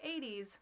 80s